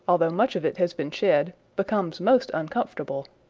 although much of it has been shed, becomes most uncomfortable.